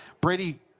Brady